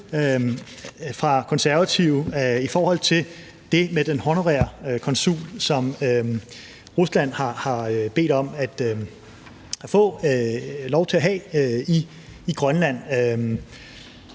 fra Konservatives side i forhold til det med den honorære konsul, som Rusland har bedt om at få lov til at have i Grønland.